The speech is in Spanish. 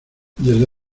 desde